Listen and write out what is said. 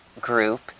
group